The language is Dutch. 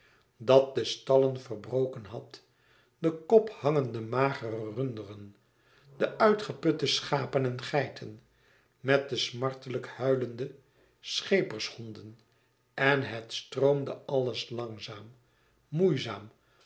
dat de stallen verbroken had de kophangende magere runderen de uitgeputte schapen en geiten met de smartelijk huilende schepershonden en het stroomde alles langzaam moeizaam